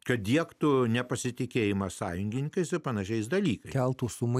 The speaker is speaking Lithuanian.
kad diegtų nepasitikėjimą sąjungininkais ir panašiais dalykais keltų sumai